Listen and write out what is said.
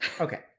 okay